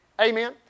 Amen